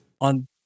on